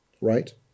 right